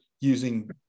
using